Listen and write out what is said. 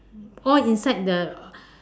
all inside the